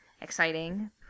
exciting